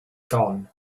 gone